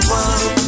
one